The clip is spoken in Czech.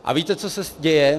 A víte, co se děje?